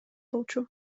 болчу